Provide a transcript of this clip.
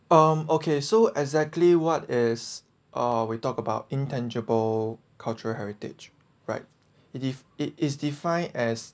um okay so exactly what is uh we talked about intangible cultural heritage right it if it is defined as